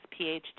PhD